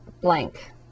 blank